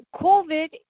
COVID